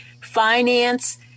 finance